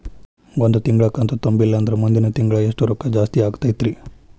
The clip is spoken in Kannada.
ಒಂದು ತಿಂಗಳಾ ಕಂತು ತುಂಬಲಿಲ್ಲಂದ್ರ ಮುಂದಿನ ತಿಂಗಳಾ ಎಷ್ಟ ರೊಕ್ಕ ಜಾಸ್ತಿ ಆಗತೈತ್ರಿ?